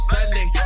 Sunday